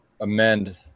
amend